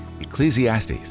Ecclesiastes